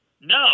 No